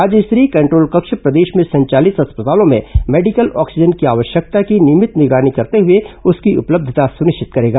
राज्य स्तरीय कंट्रोल कक्ष प्रदेश में संचालित अस्पतालों में मेडिकल ऑक्सीजन की आवश्यकता की नियभित निगरानी करते हुए उसकी उपलब्धता सुनिश्चित करेगा